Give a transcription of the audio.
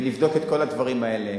ונבדוק את כל הדברים האלה.